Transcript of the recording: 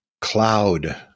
cloud